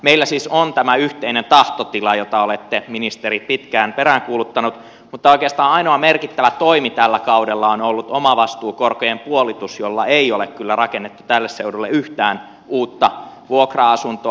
meillä siis on tämä yhteinen tahtotila jota olette ministeri pitkään peräänkuuluttanut mutta oikeastaan ainoa merkittävä toimi tällä kaudella on ollut omavastuukorkojen puolitus jolla ei ole kyllä rakennettu tälle seudulle yhtään uutta vuokra asuntoa